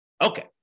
Okay